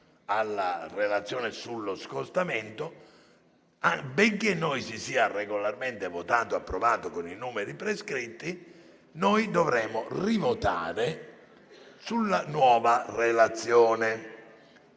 alla Relazione sullo scostamento, benché noi abbiamo regolarmente votato e approvato con i numeri prescritti, dovremo rivotare la nuova Relazione